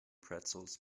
pretzels